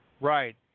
Right